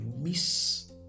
miss